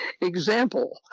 example